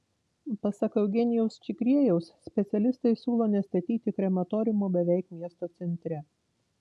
pasak eugenijaus čigriejaus specialistai siūlo nestatyti krematoriumo beveik miesto centre